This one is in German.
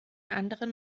anderen